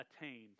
attained